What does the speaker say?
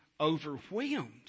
overwhelmed